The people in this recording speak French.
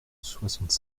soixante